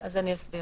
אז אני אסביר.